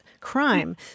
crime